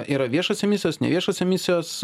yra viešos emisijos neviešos emisijos